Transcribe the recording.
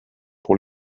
pour